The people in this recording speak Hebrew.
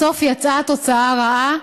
בסוף יצאה תוצאה רעה,